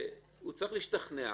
שהרשם צריך להשתכנע.